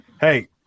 hey